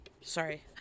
sorry